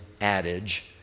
adage